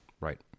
right